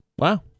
Wow